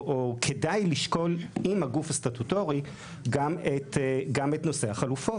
כדאי לשקול עם הגוף הסטטוטורי גם את נושא החלופות,